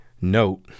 Note